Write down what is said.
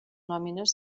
nòmines